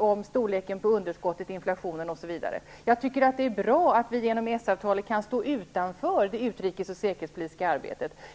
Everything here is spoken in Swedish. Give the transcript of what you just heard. om storleken på underskottet, inflationen osv. Jag tycker att det är bra att vi genom EES-avtalet kan stå utanför det utrikes och säkerhetspolitiska arbetet.